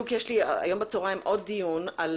והיום בצהריים יש לי עוד דיון על